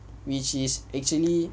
which is actually